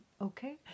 Okay